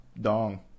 dong